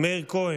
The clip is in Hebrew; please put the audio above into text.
מאיר כהן,